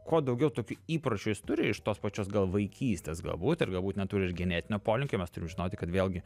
kuo daugiau tokių įpročių jis turi iš tos pačios gal vaikystės galbūt ir galbūt neturi ir genetinio polinkio mes turim žinoti kad vėlgi